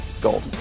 gold